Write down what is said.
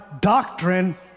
doctrine